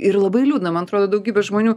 ir labai liūdna man atrodo daugybė žmonių